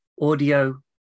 audio